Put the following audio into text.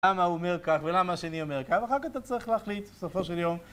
למה הוא אומר כך ולמה השני אומר כך, ואחר כך אתה צריך להחליט, בסופו של יום